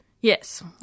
Yes